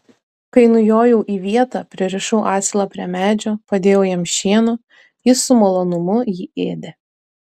kai nujojau į vietą pririšau asilą prie medžio padėjau jam šieno jis su malonumu jį ėdė